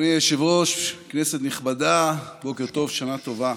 אדוני היושב-ראש, כנסת נכבדה, בוקר טוב, שנה טובה.